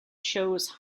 choose